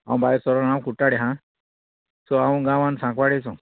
हांव बाय सोरो हांव कुट्टाडे आहां सो हांव गांवान सांकवाडेचो